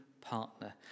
partner